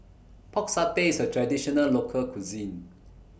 Pork Satay IS A Traditional Local Cuisine